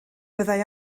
byddai